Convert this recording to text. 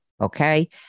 Okay